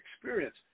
experience